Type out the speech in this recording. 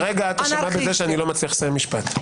יוליה, כרגע את אשמה בזה שאיני מצליח לסיים משפט.